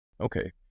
Okay